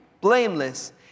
blameless